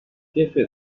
jefe